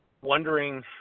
wondering